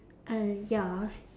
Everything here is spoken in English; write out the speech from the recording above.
uh ya